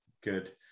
good